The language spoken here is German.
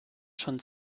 schon